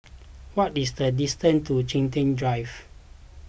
what is the distance to Chiltern Drive